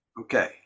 Okay